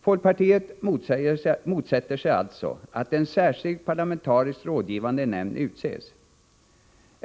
Folkpartiet motsätter sig alltså att en särskild parlamentarisk rådgivande nämnd utses.